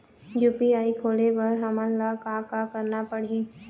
UPI खोले बर हमन ला का का करना पड़ही?